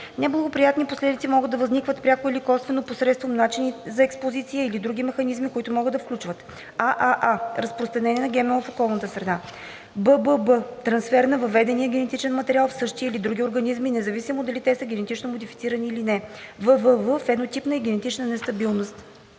Неблагоприятни последици могат да възникнат пряко или косвено посредством начини на експозиция или други механизми, които могат да включват: ааа) разпространение на ГМО в околната среда; ббб) трансфер на въведения генетичен материал в същия или в други организми независимо дали те са генетично модифицирани, или не; ввв) фенотипна и генетична нестабилност;